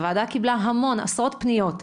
הוועדה קיבלה עשרות פניות,